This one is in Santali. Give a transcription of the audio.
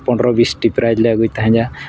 ᱯᱚᱱᱨᱚ ᱵᱤᱥᱴᱤ ᱯᱨᱟᱭᱤᱡᱽ ᱞᱮ ᱟᱹᱜᱩᱭᱮᱫ ᱛᱟᱦᱮᱱᱟ